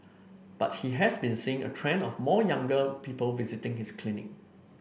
but he has been seeing a trend of more younger people visiting his clinic